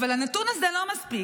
אבל הנתון הזה לא מספיק",